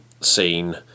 scene